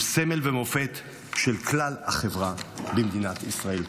הוא סמל ומופת של כלל החברה במדינת ישראל.